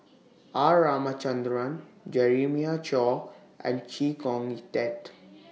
R Ramachandran Jeremiah Choy and Chee Kong Tet